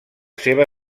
seva